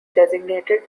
designated